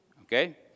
Okay